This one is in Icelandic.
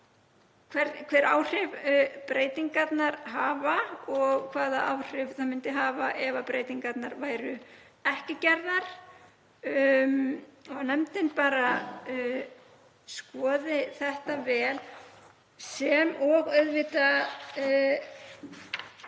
hvaða áhrif breytingarnar hafa og hvaða áhrif það myndi hafa ef breytingarnar væru ekki gerðar og nefndin skoði þetta vel sem og auðvitað